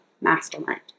mastermind